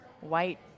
white